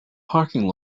parking